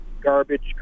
garbage